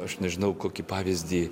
aš nežinau kokį pavyzdį